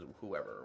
whoever